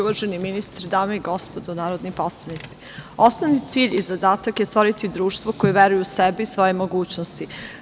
Uvaženi ministre, dame i gospodo narodni poslanici, osnovni cilj i zadatak je stvoriti društvo koje veruje u sebe i svoje mogućnosti.